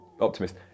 optimist